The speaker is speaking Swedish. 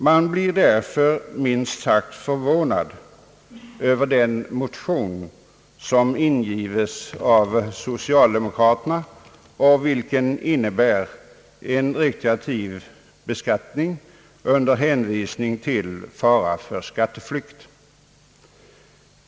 Man blir därför minst sagt förvånad över den motion som ingivits av socialdemokraterna och som innebär en retroaktiv beskattning under hänvisning till fara för skatteflykt.